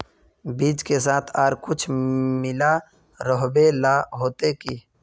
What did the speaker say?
बीज के साथ आर कुछ मिला रोहबे ला होते की?